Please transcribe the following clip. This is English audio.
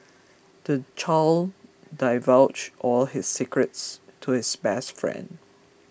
the child divulged all his secrets to his best friend